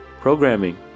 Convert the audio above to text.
Programming